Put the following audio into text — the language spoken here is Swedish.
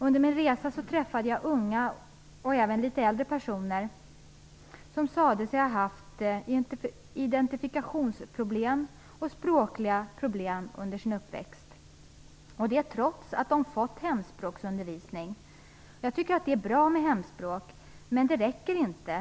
Under min resa träffade jag unga och även litet äldre personer som sade sig ha haft identifikationsproblem och språkliga problem under sin uppväxt. Detta trots att de hade fått hemspråksundervisning. Jag tycker att det är bra med hemspråksundervisning, men det räcker inte.